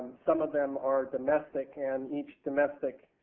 some of them are domestic and each domestic